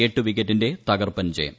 എട്ടു വിക്കറ്റിന്റെ തകർപ്പൻ ജയം